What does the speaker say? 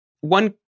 One